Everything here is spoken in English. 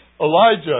Elijah